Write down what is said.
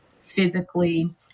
physically